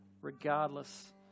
regardless